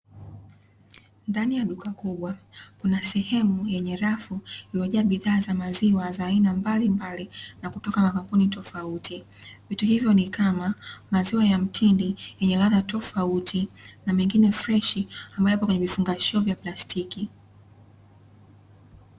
Ndani ya duka kubwa, kuna sehemu yenye rafu iliyojaa bidhaa za maziwa za aina mbalimbali na kutoka makampuni tofauti. Vitu hivyo ni kama: maziwa ya mtindi yenye ladha tofauti, na mengine freshi ambayo yapo kwenye vifungashio vya plastiki.